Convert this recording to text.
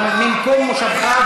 אבל ממקום מושבך,